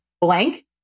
blank